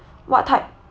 what type